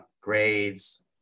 grades